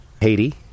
Haiti